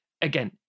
again